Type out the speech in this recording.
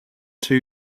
two